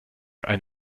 ein